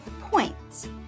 points